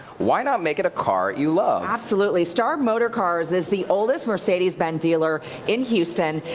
why not make it a car you love? absolutely. star motor cars is the oldest mercedes benz dealer in houston.